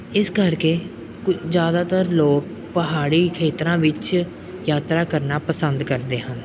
ਇਸ ਕਰਕੇ ਕੁ ਜ਼ਿਆਦਾਤਰ ਲੋਕ ਪਹਾੜੀ ਖੇਤਰਾਂ ਵਿੱਚ ਯਾਤਰਾ ਕਰਨਾ ਪਸੰਦ ਕਰਦੇ ਹਨ